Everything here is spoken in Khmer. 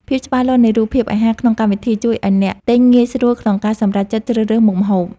ភាពច្បាស់លាស់នៃរូបភាពអាហារក្នុងកម្មវិធីជួយឱ្យអ្នកទិញងាយស្រួលក្នុងការសម្រេចចិត្តជ្រើសរើសមុខម្ហូប។